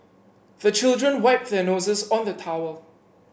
the children wipe their noses on the towel